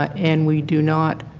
and we do not